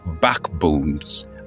backbones